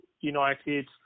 United